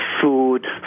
food